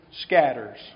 scatters